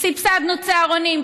סבסדנו צהרונים,